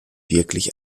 wirklich